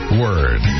word